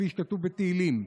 כפי שכתוב בתהילים,